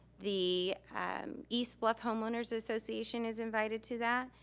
the eastbluff homeowners association is invited to that,